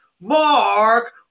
Mark